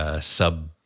sub